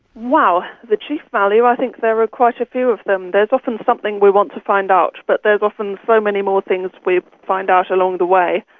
the chief value, i think there are quite a few of them. there is often something we want to find out, but there is often so many more things we find out along the way.